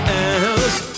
else